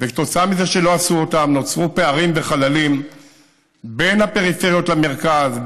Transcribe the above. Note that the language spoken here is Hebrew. וכתוצאה מזה שלא עשו אותם נוצרו פערים וחללים בין הפריפריות למרכז,